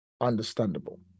Understandable